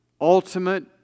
ultimate